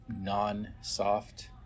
non-soft